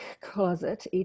closet